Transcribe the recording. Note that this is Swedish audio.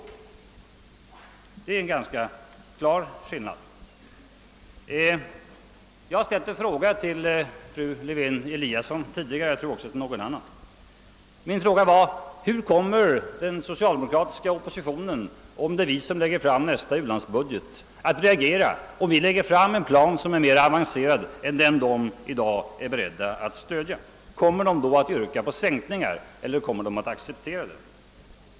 Dessa siffror visar att det är en ganska bestämd skillnad. Jag ställde tidigare en fråga till fru Lewén-Eliasson, och jag tror också till någon annan. Min fråga var: Hur kommer den socialdemokratiska oppositionen, om det är vi på den borgerliga sidan som framlägger nästa u-landsbudget, att reagera om vår plan är mera avancerad än den socialdemokraterna i dag är beredda att stödja: Kommer socialdemokraterna då att yrka på sänkningar eller kommer de att acceptera den?